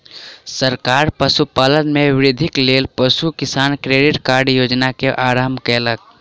सरकार पशुपालन में वृद्धिक लेल पशु किसान क्रेडिट कार्ड योजना के आरम्भ कयलक